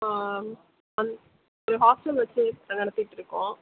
ஆ ஒரு ஹாஸ்டல் வச்சு நடத்திகிட்டு இருக்கோம்